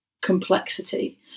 complexity